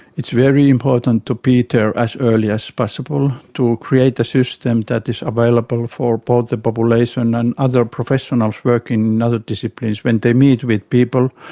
it's very important to be there as early as possible, to create the system that is available for both the population and other professionals working in other disciplines. when they meet with people,